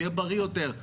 הוא יהיה בריא יותר.